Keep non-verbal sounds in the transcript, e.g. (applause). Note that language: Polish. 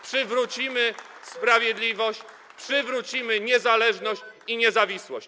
Przywrócimy sprawiedliwość, (noise) przywrócimy niezależność i niezawisłość.